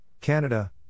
Canada